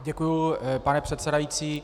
Děkuji, pane předsedající.